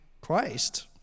Christ